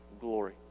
glory